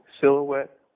silhouette